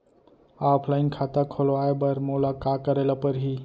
Offline खाता खोलवाय बर मोला का करे ल परही?